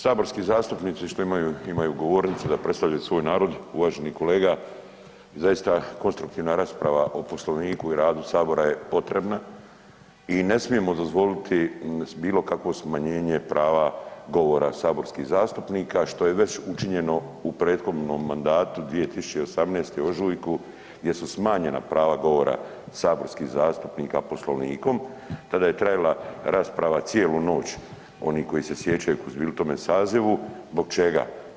Saborski zastupnici što imaju govornicu da predstavljaju svoj narod, uvaženi kolega, zaista konstruktivna rasprava o Poslovniku i radu Sabora je potrebna i ne smijemo dozvoliti bilokakvo smanjenje prava govora saborskih zastupnika što je već učinjeno u prethodnom mandatu, 2018. u ožujku gdje su smanjena prava govora saborskih zastupnika Poslovnikom, tada je trajala rasprava cijelu noć, oni koji se sjećaju koji su bili u tome sazivu, zbog čega?